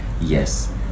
Yes